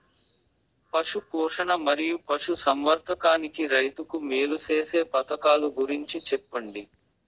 పశు పోషణ మరియు పశు సంవర్థకానికి రైతుకు మేలు సేసే పథకాలు గురించి చెప్పండి?